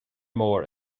mór